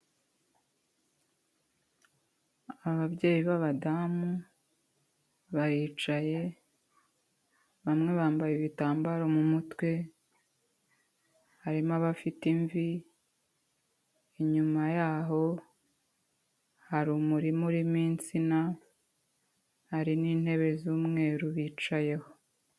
Ababyeyi b'abadamu, baricaye, bamwe bambaye ibitambaro mu mutwe, harimo abafite imvi, inyuma yaho hari umurima urimo insina, hari n'intebe z'umweru bicayeho.